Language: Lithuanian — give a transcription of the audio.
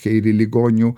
ir į ligonių